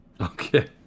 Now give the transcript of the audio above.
Okay